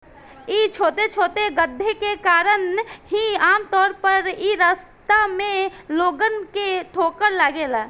इ छोटे छोटे गड्ढे के कारण ही आमतौर पर इ रास्ता में लोगन के ठोकर लागेला